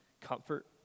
comfort